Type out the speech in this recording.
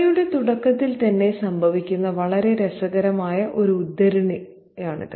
കഥയുടെ തുടക്കത്തിൽ തന്നെ സംഭവിക്കുന്ന വളരെ രസകരമായ ഒരു ഉദ്ധരണിയാണിത്